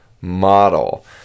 model